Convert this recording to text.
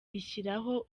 rishyiraho